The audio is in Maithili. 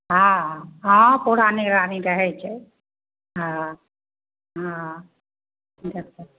हँ हँ पूरा निगरानी रहै छै हँ हँ